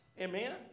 Amen